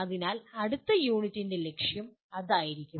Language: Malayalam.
അതിനാൽ അടുത്ത യൂണിറ്റിന്റെ ലക്ഷ്യം അതായിരിക്കും